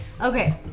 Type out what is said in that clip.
Okay